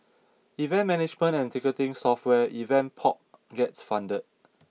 event management and ticketing software Event Pop gets funded